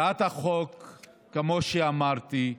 כמו שאמרתי,